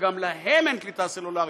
שגם להם אין קליטה סלולרית.